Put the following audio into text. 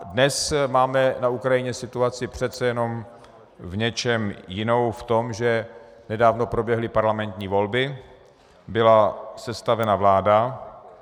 Dnes máme na Ukrajině situaci přece jen v něčem jinou v tom, že nedávno proběhly parlamentní volby, byla sestavena vláda.